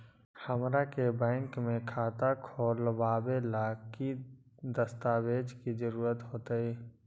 हमरा के बैंक में खाता खोलबाबे ला की की दस्तावेज के जरूरत होतई?